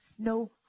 No